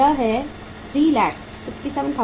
यह 367500 है